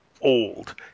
old